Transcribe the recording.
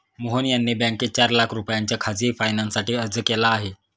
मोहन यांनी बँकेत चार लाख रुपयांच्या खासगी फायनान्ससाठी अर्ज केला आहे